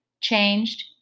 changed